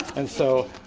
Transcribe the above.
and so